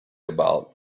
about